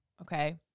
Okay